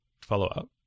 follow-up